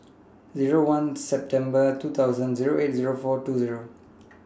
Zero one September two thousand Zero eight Zero four two Zero